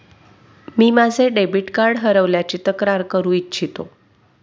मी माझे debit card हरवल्याची तक्रार करू इच्छितो